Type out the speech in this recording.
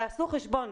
תעשו חשבון,